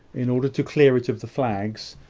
in order to clear it of the flags,